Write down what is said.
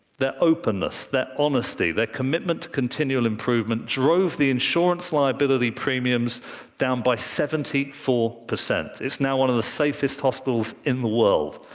their openness, their honesty, their commitment to continual improvement drove the insurance liability premiums down by seventy four percent. it's now one of the safest hospitals in the world.